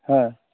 ᱦᱮᱸ